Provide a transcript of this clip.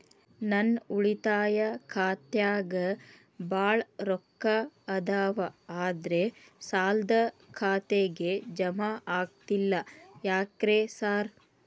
ನನ್ ಉಳಿತಾಯ ಖಾತ್ಯಾಗ ಬಾಳ್ ರೊಕ್ಕಾ ಅದಾವ ಆದ್ರೆ ಸಾಲ್ದ ಖಾತೆಗೆ ಜಮಾ ಆಗ್ತಿಲ್ಲ ಯಾಕ್ರೇ ಸಾರ್?